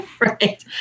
Right